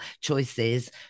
choices